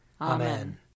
Amen